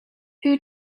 who